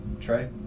Trey